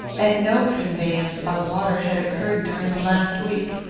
and no conveyance by water had occurred during the last week.